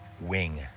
Wing